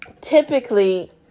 typically